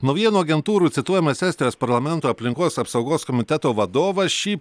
naujienų agentūrų cituojamas estijos parlamento aplinkos apsaugos komiteto vadovas šį